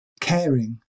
caring